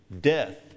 death